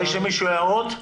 יש למישהו הערות?